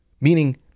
Meaning